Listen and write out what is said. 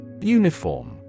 Uniform